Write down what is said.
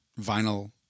vinyl